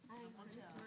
הישיבה